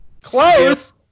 close